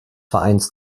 vereins